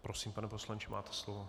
Prosím, pane poslanče, máte slovo.